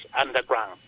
underground